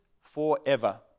forever